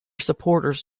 supporters